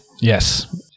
Yes